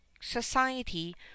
society